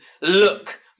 look